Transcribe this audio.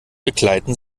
begleiten